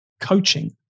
coaching